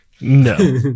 No